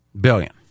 billion